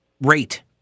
rate